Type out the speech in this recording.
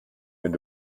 wenn